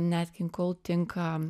nat king cole tinka